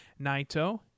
Naito